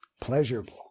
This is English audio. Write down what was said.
pleasurable